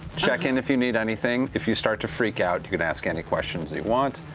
check in if you need anything. if you start to freak out, you can ask any questions you want,